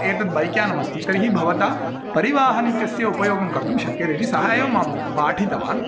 एतत् बैक् यानम् अस्ति तर्हि भवतः परिवाहन् इत्यस्य उपयोगं कर्तुं शक्यते इति सः एव मां पाठितवान्